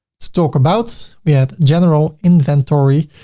let's talk about, we have general inventory.